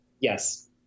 yes